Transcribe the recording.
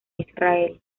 israel